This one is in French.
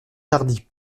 tardy